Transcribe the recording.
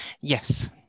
Yes